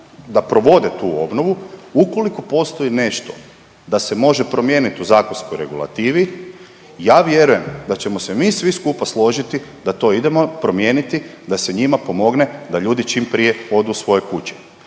da provode tu obnovu, ukoliko postoji nešto da se može promijenit u zakonskoj regulativi, ja vjerujem da ćemo se mi svi skupa složiti da to idemo promijeniti da se njima pomogne da ljudi čim prije odu u svoje kuće.